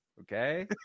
okay